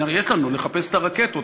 יש לנו מה לחפש את הרקטות,